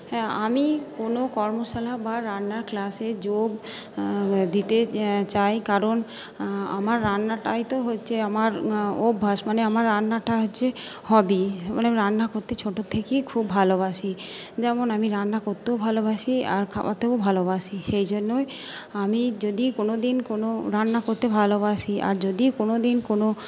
আমি কোনো কর্মশালা বা রান্নার ক্লাসে যোগ দিতে চাই কারণ আমার রান্নাটাই তো হচ্ছে আমার অভ্যাস মানে আমার রান্নাটা হচ্ছে হবি মানে আমি রান্না করতে ছোটো থেকেই খুব ভালোবাসি যেমন আমি রান্না করতেও ভালোবাসি আর খাওয়াতেও ভালোবাসি সেই জন্যই আমি যদি কোনো দিন কোনো রান্না করতে ভালোবাসি আর যদি কোনো দিন কোনো